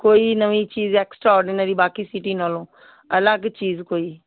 ਕੋਈ ਨਵੀਂ ਚੀਜ਼ ਐਕਸਟਰਾ ਓਡਰਨਰੀ ਬਾਕੀ ਸਿਟੀ ਨਾਲੋਂ ਅਲੱਗ ਚੀਜ਼ ਕੋਈ